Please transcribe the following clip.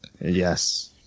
Yes